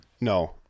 No